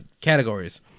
categories